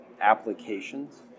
applications